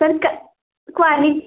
sir क क्वालि